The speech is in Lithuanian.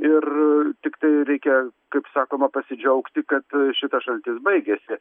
ir tiktai reikia kaip sakoma pasidžiaugti kad šitas šaltis baigiasi